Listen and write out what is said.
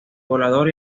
volador